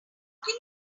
can